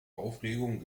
aufregung